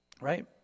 right